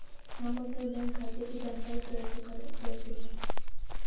हम अपने बैंक खाते की जानकारी कैसे लें?